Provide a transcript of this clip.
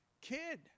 kid